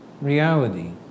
reality